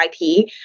IP